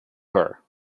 her